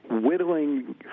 whittling